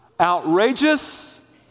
Outrageous